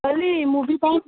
କାଲି ମୁଭି ପାଇଁ